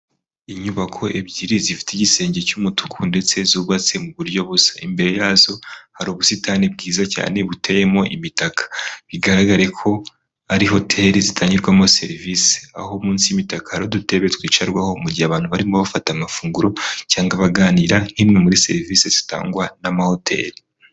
Inyubako ebyiri zifite igisenge cy'umutuku ndetse zubatse mu buryo busa. Imbere yazo hari ubusitani bwiza cyane buteyemo imitaka, bigaragare ko ari hoteli zitangirwamo serivisi. Aho munsi y'imitaka hari udutebe twicarwaho mu gihe abantu barimo bafata amafunguro cyangwa baganira nk'imwe muri serivise zitangwa n'amahoteli.